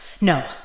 No